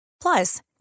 Plus